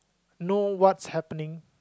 know what's happening